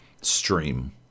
stream